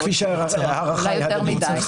התחושה וההערכה הדדיות.